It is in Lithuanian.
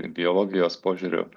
biologijos požiūriu